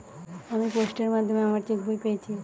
আমি পোস্টের মাধ্যমে আমার চেক বই পেয়েছি